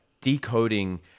decoding